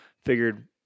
figured